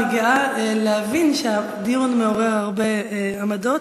אני גאה להבין שהדיון מעורר הרבה עמדות.